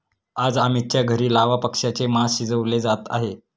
आज अमितच्या घरी लावा पक्ष्याचे मास शिजवले जात आहे